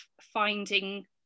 finding